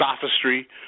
sophistry